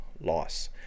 loss